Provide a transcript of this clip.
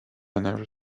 never